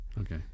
Okay